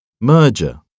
Merger